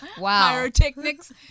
Pyrotechnics